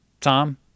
Tom